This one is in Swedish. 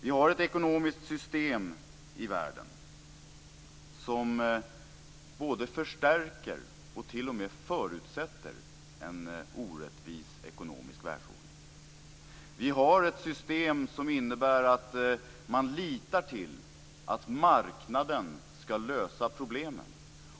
Vi har ett ekonomiskt system i världen som både förstärker och t.o.m. förutsätter en orättvis ekonomisk världsordning. Vi har ett system som innebär att man litar till att marknaden skall lösa problemen.